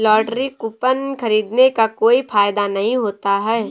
lottery coupon खरीदने का कोई फायदा नहीं होता है